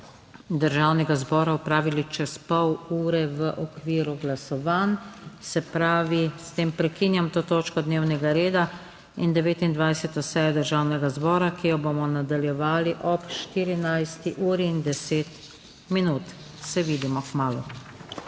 Državnega zbora opravili čez pol ure v okviru glasovanj. Se pravi, s tem prekinjam to točko dnevnega reda in 29. sejo Državnega zbora, ki jo bomo nadaljevali ob 14 in 10 minut. Se vidimo kmalu,